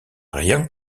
rien